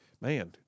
Man